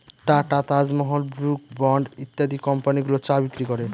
tata, Taj Mahal, Brooke Bond ইত্যাদি company গুলো চা বিক্রি করে